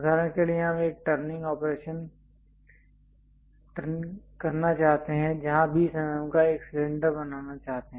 उदाहरण के लिए हम एक टर्निंग ऑपरेशन turning operation करना चाहते हैं जहाँ 20 mm का एक सिलेंडर बनाना चाहते हैं